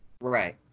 Right